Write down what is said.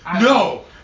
No